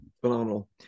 Phenomenal